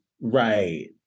Right